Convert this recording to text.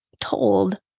told